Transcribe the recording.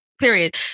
Period